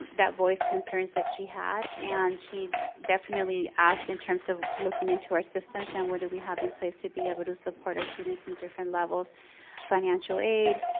um that voice concerns that she had. and she definitely asked in terms of looking into our systems and what we have in place to be able to support our students in different levels financial aid,